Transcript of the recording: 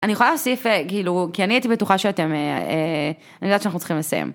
אני יכולה להסיף כאילו כי אני הייתי בטוחה שאתם אני יודעת שאנחנו צריכים לסיים.